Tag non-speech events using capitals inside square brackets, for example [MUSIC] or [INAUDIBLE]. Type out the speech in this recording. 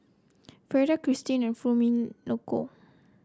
Freida Kirsten and [UNINTELLIGIBLE]